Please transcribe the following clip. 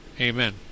Amen